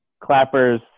Clappers